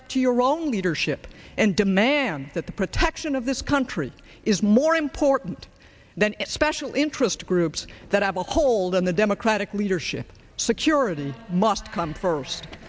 up to your own leadership and demand that the protection of this country is more important than special interest groups that have a hold on the democratic leadership security must come first